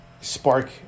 spark